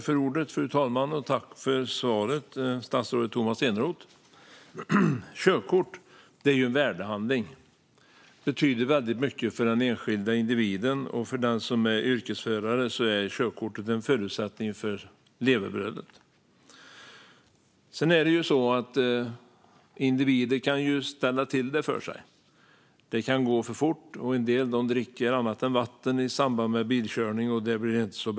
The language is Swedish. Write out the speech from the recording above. Fru talman! Tack, statsrådet Tomas Eneroth, för svaret! Körkort är en värdehandling. Den betyder väldigt mycket för den enskilde individen, och för den som är yrkesförare är körkortet en förutsättning för levebrödet. Individer kan ju ställa till det för sig. Det kan gå för fort när man kör, och en del dricker annat än vatten i samband med bilkörning, och det blir inte bra.